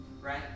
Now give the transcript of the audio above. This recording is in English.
right